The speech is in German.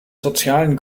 sozialen